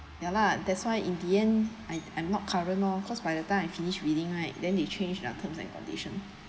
ya lah that's why in the end I I'm not current lor cause by the time I finish reading right then they change their terms and condition